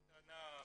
הטענה המרכזית.